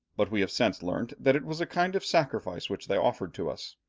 but we have since learnt that it was a kind of sacrifice which they offered to us.